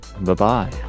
Bye-bye